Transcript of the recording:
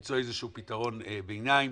למצוא פתרון ביניים,